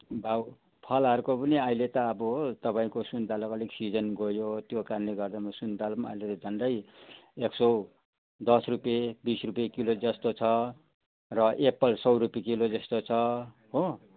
भाउ फलारको पनि अहिले त अब हो तपाईँको सुन्तलाको अलिक सिजन गयो त्यो कारणले गर्दामा सुन्तला पनि अहिले झन्डै एक सौ दस रुपियाँ बिस रुपियाँ किलो जस्तो छ र एप्पल सौ रुपियाँ किलो जस्तो छ हो